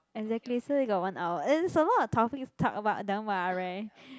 exactly so you got one hour is a lot of topics talk about don't worry